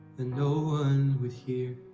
and no one would hear?